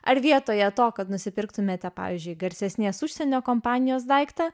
ar vietoje to kad nusipirktumėte pavyzdžiui garsesnės užsienio kompanijos daiktą